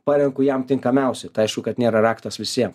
parenku jam tinkamiausią tai aišku kad nėra raktas visiem